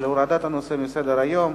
ועל הורדת הנושא מסדר-היום.